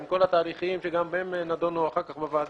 עם כל התהליכים שגם הם נדונו אחר כך בוועדה,